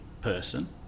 person